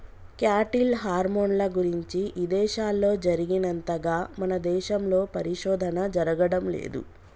cattle హార్మోన్ల గురించి ఇదేశాల్లో జరిగినంతగా మన దేశంలో పరిశోధన జరగడం లేదు